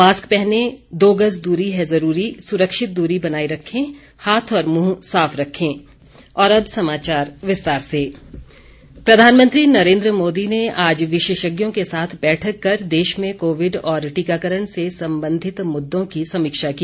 mask पहनें दो गज दूरी है जरूरी सुरक्षित दूरी बनाये रखें हाथ और मुंह साफ रखें प्रधानमंत्री प्रधानमंत्री नरेन्द्र मोदी ने आज विशेषज्ञों के साथ बैठक कर देश में कोविड और टीकाकरण से संबंधित मुद्दों की समीक्षा की